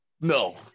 No